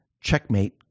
checkmate